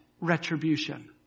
retribution